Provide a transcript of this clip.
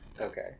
Okay